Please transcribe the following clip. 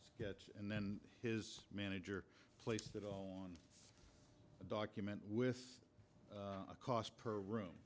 sketch and then his manager placed it on a document with a cost per room